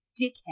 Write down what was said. dickhead